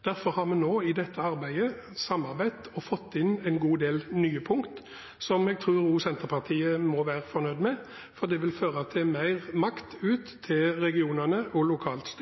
Derfor har vi nå i dette arbeidet samarbeidet og fått inn en god del nye punkt som jeg tror også Senterpartiet må være fornøyd med, for det vil føre til mer makt ut til regionene og lokalt